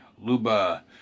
Luba